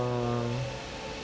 uh